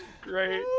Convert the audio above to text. Great